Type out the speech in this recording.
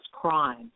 crime